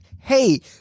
hey